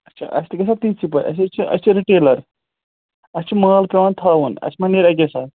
اچھا اَسہِ تہِ گژھِ تی چھِ پَے اَسہِ حظ چھِ اَسہِ چھِ رِٹیلَر اَسہِ چھِ مال پٮ۪وان تھاوُن اَسہِ مَہ نیرِ اَکے ساتہٕ